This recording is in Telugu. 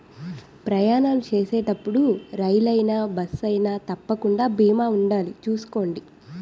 ప్రయాణాలు చేసేటప్పుడు రైలయినా, బస్సయినా తప్పకుండా బీమా ఉండాలి చూసుకోండి